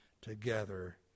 together